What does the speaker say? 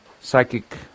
psychic